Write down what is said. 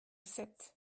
sept